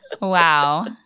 Wow